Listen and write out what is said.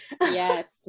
Yes